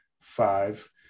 five